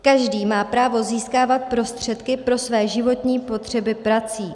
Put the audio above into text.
Každý má právo získávat prostředky pro své životní potřeby prací.